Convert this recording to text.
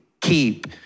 keep